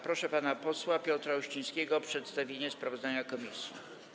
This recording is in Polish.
Proszę pana posła Piotra Uścińskiego o przedstawienie sprawozdania komisji.